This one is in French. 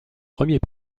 premiers